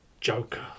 Joker